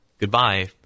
goodbye